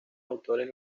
autores